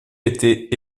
était